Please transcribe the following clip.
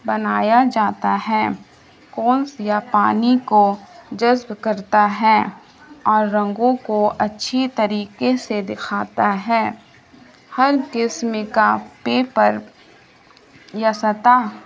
بنایا جاتا ہے کوس یا پانی کو جذب کرتا ہے اور رنگوں کو اچھی طریقے سے دکھاتا ہے ہر قسم کا پیپر یا سطح